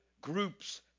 groups